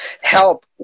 help